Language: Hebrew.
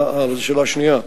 השאלה השלישית: